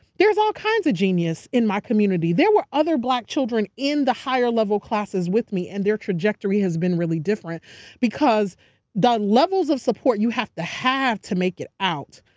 there's all kinds of genius in my community. there were other black children in the higher level classes with me and their trajectory has been really different because the levels of support that you have to have to make it out,